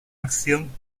acción